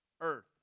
earth